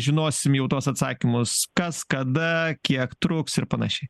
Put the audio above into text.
žinosim jau tuos atsakymus kas kada kiek truks ir panašiai